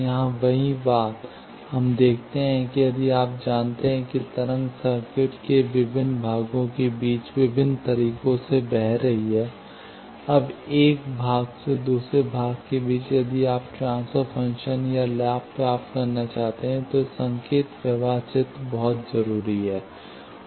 यहाँ वही बात हम देखते हैं कि यदि हम जानते हैं कि तरंग सर्किट के विभिन्न भागों के बीच विभिन्न तरीकों से बह रही है अब एक भाग से दूसरे भाग के बीच यदि आप ट्रांसफर फ़ंक्शन या लाभ प्राप्त करना चाहते हैं तो यह संकेत प्रवाह चित्र बहुत जरूरी है